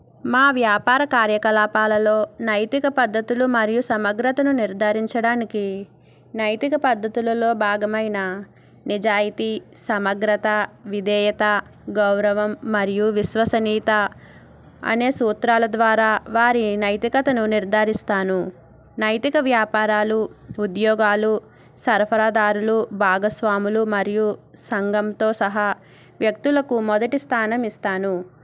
మా వ్యాపార కార్యకలాపాలలో నైతిక పద్ధతులు మరియు సమగ్రతను నిర్ధారించడానికి నైతిక పద్ధతులలో భాగమైన నిజాయితీ సమగ్రత విధేయత గౌరవం మరియు విశ్వసనీయత అనే సూత్రాల ద్వారా వారి నైతికతను నిర్ధారిస్తాను నైతిక వ్యాపారాలు ఉద్యోగాలు సరఫరాదారులు భాగస్వాములు మరియు సంఘంతో సహా వ్యక్తులకు మొదటి స్థానం ఇస్తాను